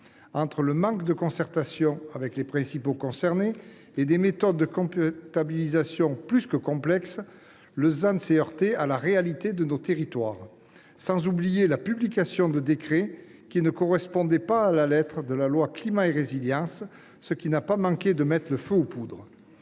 Entre le manque de concertation avec les principaux acteurs concernés et des méthodes de comptabilisation plus que complexes, le ZAN s’est heurté à la réalité de nos territoires. Sans oublier la publication de décrets qui ne correspondaient pas à la lettre de la loi Climat et Résilience, ce qui n’a pas manqué de mettre le feu aux poudres…